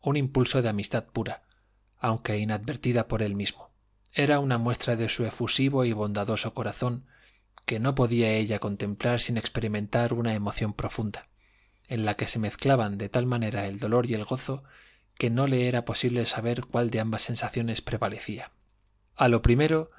impulso de amistad pura aunque inadvertida por él mismo era una muestra de su efusivo y bondadoso corazón que no podía ella contemplar sin experimentar una emoción profunda en la que se mezclaban de tal manera el dolor y el gozo que no le era posible saber cuál de ambas sensaciones prevalecía a lo primero